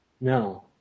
No